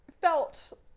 felt